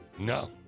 No